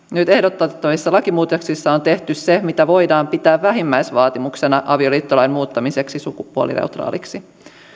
nyt ehdotettavissa lakimuutoksissa on tehty se mitä voidaan pitää vähimmäisvaatimuksena avioliittolain muuttamiseksi sukupuolineutraaliksi